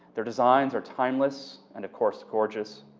their designs are timeless and of course gorgeous.